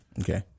Okay